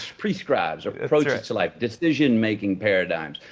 prescribes. approaches to life, decision-making paradigms.